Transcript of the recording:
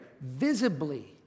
visibly